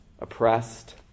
oppressed